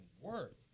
work